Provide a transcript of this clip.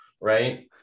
right